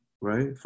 right